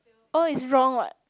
oh it's wrong what